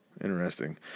interesting